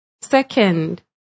Second